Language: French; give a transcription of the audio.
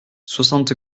soixante